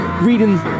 reading